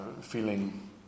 feeling